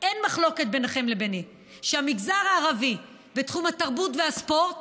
אין מחלוקת ביניכם לביני: שבתחום התרבות והספורט